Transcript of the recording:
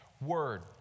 word